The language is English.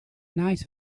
night